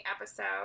episode